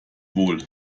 wohl